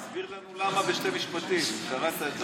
תסביר לנו למה, בשני משפטים, אתה קראת את זה.